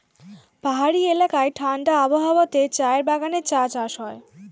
পাহাড়ি এলাকায় ঠাণ্ডা আবহাওয়াতে চায়ের বাগানে চা চাষ হয়